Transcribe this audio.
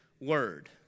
word